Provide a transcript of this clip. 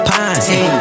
Pine